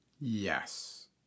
Yes